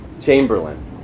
Chamberlain